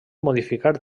modificar